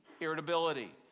irritability